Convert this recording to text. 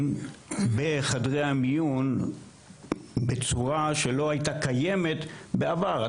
בחדרי המיון בצורה שלא הייתה קיימת בעבר.